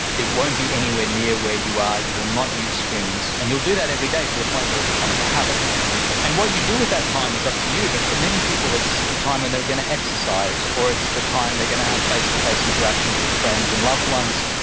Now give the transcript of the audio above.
it won't be anywhere near where you are. you will not use screens, and you'll do that every day to the point where it becomes a habit and what you do with that time is up to you, but for many people it's the time when they're going to exercise, or it's the time they're going to have face-to-face interactions with friends and loved ones.